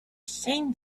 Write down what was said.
same